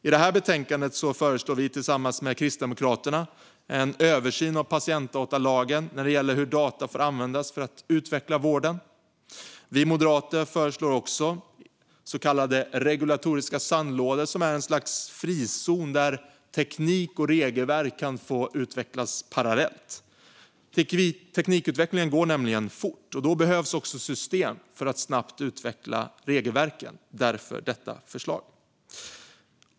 I betänkandet föreslår vi tillsammans med Kristdemokraterna en översyn av patientdatalagen när det gäller hur data får användas för att utveckla vården. Vi moderater föreslår också så kallade regulatoriska sandlådor, som är ett slags frizoner där teknik och regelverk kan utvecklas parallellt. Teknikutvecklingen går nämligen fort, och då behövs system för att snabbt utveckla regelverk, därav detta förslag.